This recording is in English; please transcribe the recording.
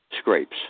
scrapes